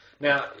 Now